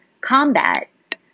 combat